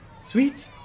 Sweet